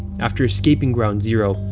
after escaping ground zero,